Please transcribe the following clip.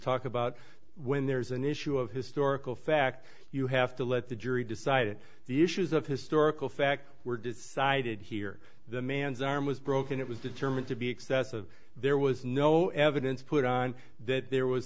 talk about when there's an issue of historical fact you have to let the jury decide it the issues of historical fact were decided here the man's arm was broken it was determined to be excessive there was no evidence put on that there was